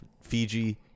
fiji